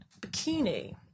Bikini